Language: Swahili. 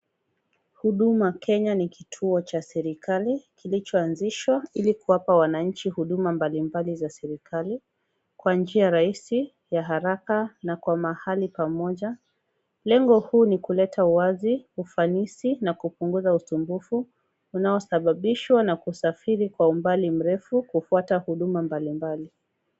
Huduma Kenya ni kituo cha serikali kilichoanzishwa ili kuwapa wananchi huduma mbalimbali za serikali kwa njia rahisi, ya haraka na kwa mahali pamoja . Lengo huu ni kuleta uwazi, ufanisi na kupunguza usumbufu unaosababishwa na kusafiri kwa umbali mrefu kufuata huduma mbalimbali.